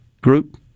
group